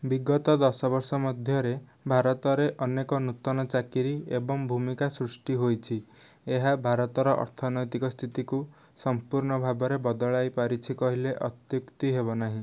ବିଗତ ଦଶବର୍ଷ ମଧ୍ୟରେ ଭାରତରେ ଅନେକ ନୂତନ ଚାକିରି ଏବଂ ଭୂମିକା ସୃଷ୍ଟି ହୋଇଛି ଏହା ଭାରତର ଅର୍ଥନୈତିକ ସ୍ଥିତିକୁ ସମ୍ପୂର୍ଣ ଭାବରେ ବଦଳାଇ ପାରିଛି କହିଲେ ଅତ୍ୟୁକ୍ତି ହେବ ନାହିଁ